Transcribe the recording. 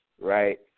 right